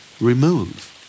Remove